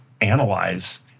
analyze